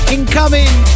Incoming